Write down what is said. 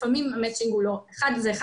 לפעמים המצ'ינג הוא אחד מהחסמים.